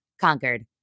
conquered